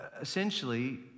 Essentially